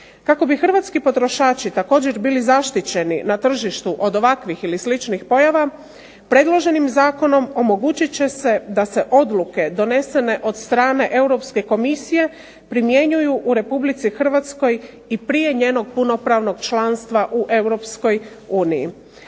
Kako bi hrvatski potrošači također bili zaštićeni na tržištu od ovakvih ili sličnih pojava predloženim zakonom omogućit će se da se odluke donesene od strane Europske komisije primjenjuju u RH i prije njenog punopravnog članstva u EU.